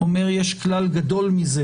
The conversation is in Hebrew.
אומר: "יש כלל גדול מזה: